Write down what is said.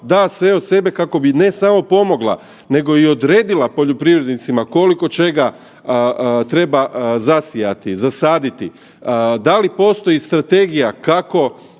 da sve od sebe kako bi ne samo pomogla nego i odredila poljoprivrednicima koliko čega treba zasijati, zasaditi, da li postoji strategija kako